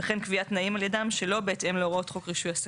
וכן קביעת תנאים על ידם שלא בהתאם להוראות חוק רישוי עסקים".